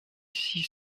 six